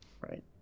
Right